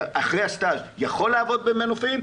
אחרי הסטאז' יכול לעבוד במנופים.